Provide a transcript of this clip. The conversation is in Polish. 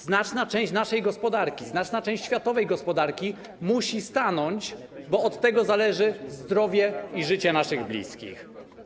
Znaczna część naszej gospodarki, znaczna część światowej gospodarki musi stanąć, bo od tego zależy zdrowie i życie naszych bliskich.